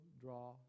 draw